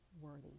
worthy